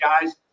guys